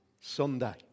Sunday